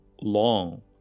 long